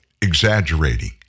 exaggerating